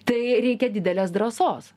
tai reikia didelės drąsos